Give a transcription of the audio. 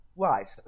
Right